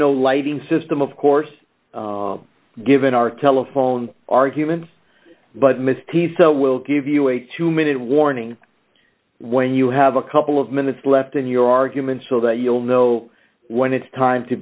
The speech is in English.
no lighting system of course given our telephone arguments but misty so we'll give you a two minute warning when you have a couple of minutes left in your argument so that you'll know when it's time to